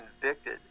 convicted